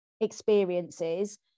experiences